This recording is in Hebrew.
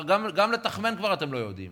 גם לתכמן כבר אתם לא יודעים.